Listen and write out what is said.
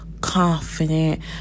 confident